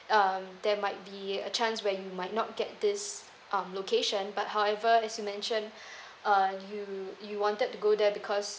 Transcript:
um there might be a chance where you might not get this um location but however as you mention uh you you wanted to go there because